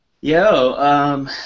Yo